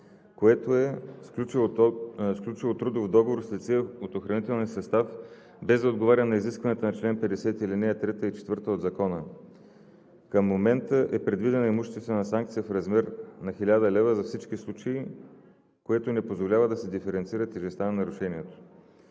което е сключило трудов договор с лице от охранителния си състав, без да отговаря на изискванията на чл. 50, ал. 3 и 4 от Закона. Към момента е предвидена имуществена санкция в размер 1000 лв. за всички случаи, което не позволява да се диференцира тежестта на нарушението.